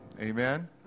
Amen